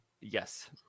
Yes